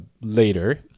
later